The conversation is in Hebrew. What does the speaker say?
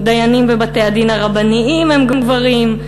דיינים בבתי-הדין הרבניים הם גברים,